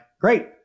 great